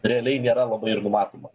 realiai nėra labai ir numatoma